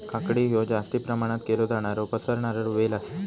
काकडी हयो जास्ती प्रमाणात केलो जाणारो पसरणारो वेल आसा